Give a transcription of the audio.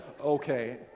okay